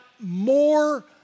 more